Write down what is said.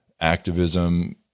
activism